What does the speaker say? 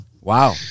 Wow